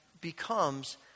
becomes